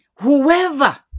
Whoever